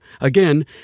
Again